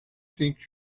think